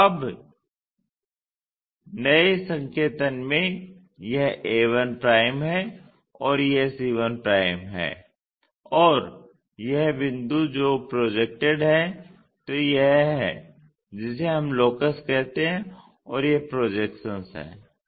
तो अब नए संकेतन में यह a1 है यह c1 है और यह बिंदु जो प्रोजेक्टेड है तो यह है जिसे हम लोकस कहते हैं और यह प्रोजेक्शन है